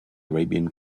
arabian